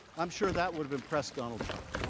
um sure that would have impressed donald trump.